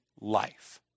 life